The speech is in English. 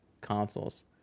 consoles